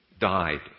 died